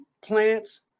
plants